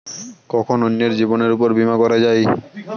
কখন অন্যের জীবনের উপর বীমা করা যায়?